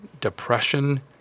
depression